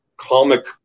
comic